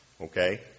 Okay